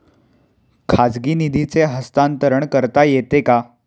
खाजगी निधीचे हस्तांतरण करता येते का?